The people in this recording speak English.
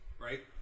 right